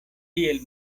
tiel